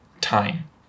time